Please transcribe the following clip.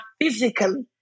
physically